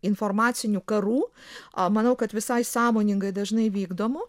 informacinių karų a manau kad visai sąmoningai dažnai vykdomų